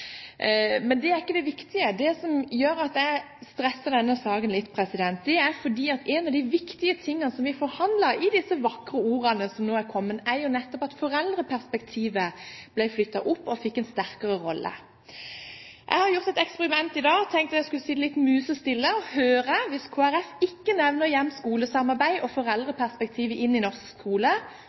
Men det er ikke det viktige. Det som gjør at jeg stresser denne saken litt, er at noe av det viktige vi forhandlet om i disse vakre ordene som nå har kommet, er nettopp at foreldreperspektivet ble flyttet opp og fikk en sterkere rolle. Jeg har gjort et eksperiment i dag. Jeg tenkte jeg skulle sitte musestille og høre: Hvis ikke Kristelig Folkeparti nevner hjem–skole-samarbeid og foreldreperspektivet i norsk skole,